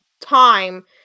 time